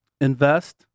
invest